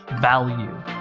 value